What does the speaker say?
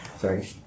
sorry